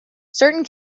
certain